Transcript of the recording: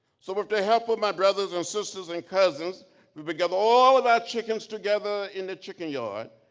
sort of the help of my brothers and sisters and cousins we've but got all of our chickens together, in the chicken yard,